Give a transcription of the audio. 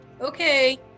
Okay